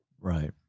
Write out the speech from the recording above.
Right